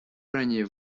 ранее